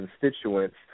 constituents